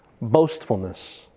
boastfulness